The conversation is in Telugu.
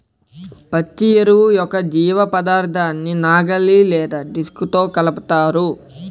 పచ్చి ఎరువు యొక్క జీవపదార్థాన్ని నాగలి లేదా డిస్క్తో కలుపుతారు